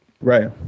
Right